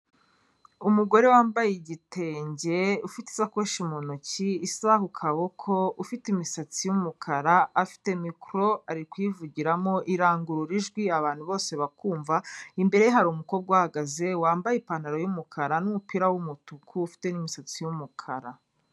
Umugore wambaye igitenge, ufite isakoshi mu ntoki, isaha ku kaboko, ufite imisatsi y'umukara afite mikoro ari kuyivugiramo irangurura ijwi abantu bose bakumva, imbere ye hari umukobwa uhahagaze wambaye ipantaro y'umukara n'umupira w'umutuku ufite n'imisatsi y'umukara.